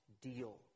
deal